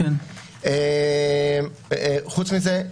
חוץ מזה,